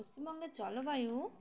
পশ্চিমবঙ্গের জলবায়ু